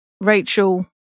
Rachel